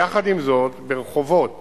יחד עם זאת, ברחובות